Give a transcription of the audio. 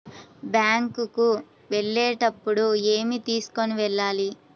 Bank కు వెళ్ళేటప్పుడు ఏమి తీసుకొని వెళ్ళాలి?